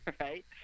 right